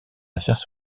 affaires